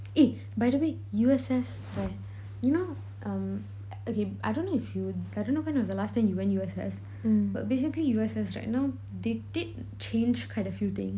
eh by the way U_S_S right you know um okay I don't know if you I dunno when was the last time you went U_S_S but basically U_S_S right now they did change quite a few things